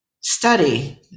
study